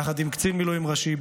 יחד עם קצין מילואים ראשי,